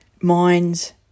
minds